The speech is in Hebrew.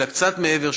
אלא קצת מעבר,